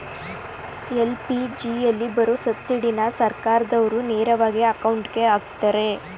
ಎಲ್.ಪಿ.ಜಿಯಲ್ಲಿ ಬರೋ ಸಬ್ಸಿಡಿನ ಸರ್ಕಾರ್ದಾವ್ರು ನೇರವಾಗಿ ಅಕೌಂಟ್ಗೆ ಅಕ್ತರೆ